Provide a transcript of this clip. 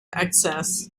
access